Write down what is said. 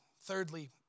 Thirdly